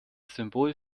symbol